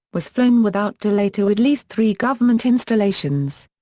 was flown without delay to at least three government installations.